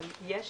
אבל יש